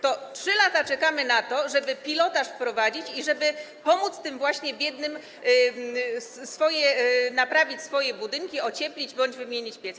To 3 lata czekamy na to, żeby pilotaż wprowadzić i żeby pomóc tym właśnie biednym naprawić swoje budynki, ocieplić bądź wymienić piece?